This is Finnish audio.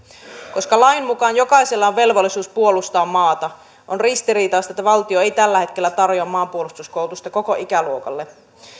koska lain mukaan jokaisella on velvollisuus puolustaa maata on ristiriitaista että valtio ei tällä hetkellä tarjoa maanpuolustuskoulutusta koko ikäluokalle